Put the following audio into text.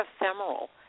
ephemeral